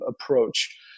approach